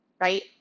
right